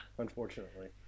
Unfortunately